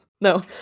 No